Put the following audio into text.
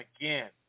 again